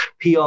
PR